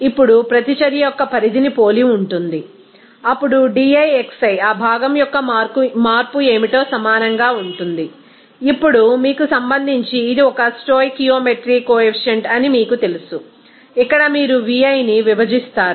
ఇప్పుడు ప్రతిచర్య యొక్క పరిధిని పోలి ఉంటుంది అప్పుడు di xi ఆ భాగం యొక్క మార్పు ఏమిటో సమానంగా ఉంటుంది ఇప్పుడు మీకు సంబంధించి ఇది ఒక స్టోయికియోమెట్రీ కొఎఫిషియంట్ అని మీకు తెలుసు ఇక్కడ మీరు νi ని విభజిస్తారు